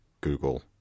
Google